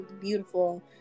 beautiful